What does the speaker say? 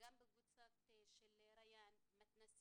גם בקבוצה של ריאן, מתנ"סים.